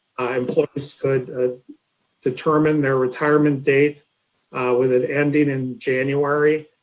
employees could ah determine their retirement date with an ending in january.